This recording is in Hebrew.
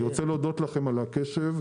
אני רוצה להודות לכם על הקשב.